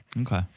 Okay